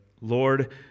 Lord